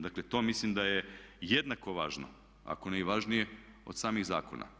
Dakle to mislim da je jednako važno ako ne i važnije od samih zakona.